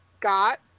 got